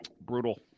brutal